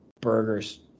burgers